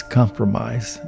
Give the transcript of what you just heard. compromise